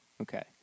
Okay